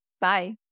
Bye